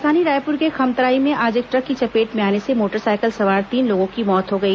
राजधानी रायपुर के खमतराई में आज एक ट्रक की चपेट में आने से मोटरसाइकिल सवार तीन लोगों की मौत हो गई